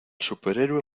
superhéroe